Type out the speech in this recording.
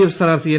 F സ്ഥാനാർത്ഥി N